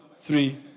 three